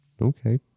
Okay